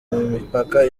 mipaka